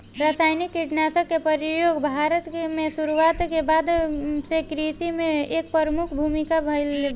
रासायनिक कीटनाशक के प्रयोग भारत में शुरुआत के बाद से कृषि में एक प्रमुख भूमिका निभाइले बा